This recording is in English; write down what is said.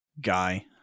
guy